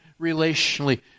relationally